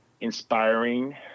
Inspiring